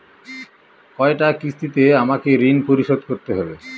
কয়টা কিস্তিতে আমাকে ঋণ পরিশোধ করতে হবে?